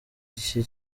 iki